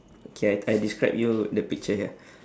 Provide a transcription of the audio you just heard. okay I I describe you the picture here